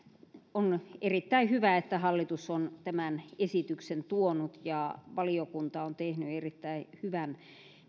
on erittäin hyvä että hallitus on tämän esityksen tuonut ja valiokunta on tehnyt erittäin hyvän